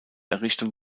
errichtung